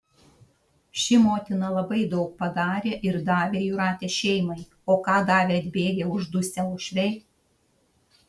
ši motina labai daug padarė ir davė jūratės šeimai o ką davė atbėgę uždusę uošviai